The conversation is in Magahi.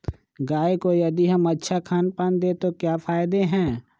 गाय को यदि हम अच्छा खानपान दें तो क्या फायदे हैं?